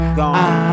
gone